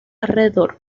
alrededor